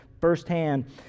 firsthand